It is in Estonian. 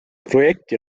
projekti